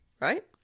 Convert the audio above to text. Right